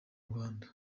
rwanda